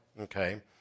okay